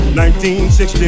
1960